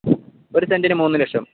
ഒരു സെൻറിന് മൂന്നു ലക്ഷം